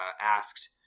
asked